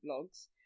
blogs